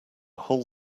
whole